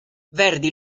verdi